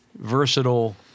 versatile